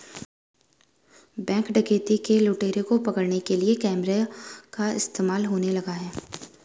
Bank डकैती के लुटेरों को पकड़ने के लिए कैमरा का इस्तेमाल होने लगा है?